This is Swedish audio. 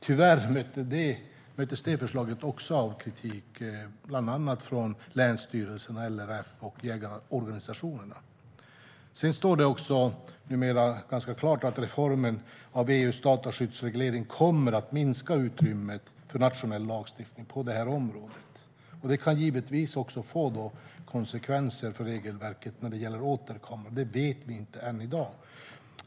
Tyvärr möttes det förslaget också av kritik, bland annat från länsstyrelserna, LRF och jägarorganisationerna. Numera står det också ganska klart att reformen av EU:s dataskyddsreglering kommer att minska utrymmet för nationell lagstiftning på det här området. Det kan givetvis också få konsekvenser för regelverket när det gäller åtelkameror; det vet vi inte i dag.